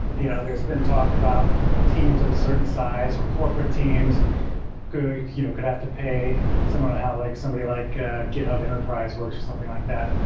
you know there's been talk about teams of a certain size, or corporate teams you know could have to pay similar how like somebody like ah github enterprise works or something like that,